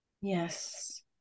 yes